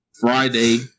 Friday